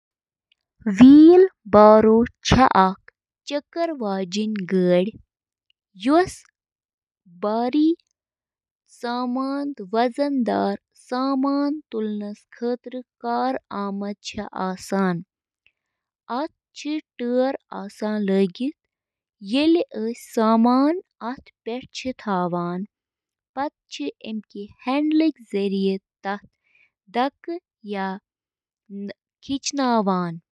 refrigerator چھِ fridge کِس أنٛدرِمِس حصہٕ پٮ۪ٹھ گرمی ہٹاونہٕ خٲطرٕ ریفریجرنٹُک بند نظام استعمال کٔرِتھ کٲم کران، یُس کھٮ۪ن تازٕ تھاوان چھُ: